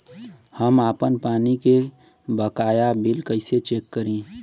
हम आपन पानी के बकाया बिल कईसे चेक करी?